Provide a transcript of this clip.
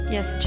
Yes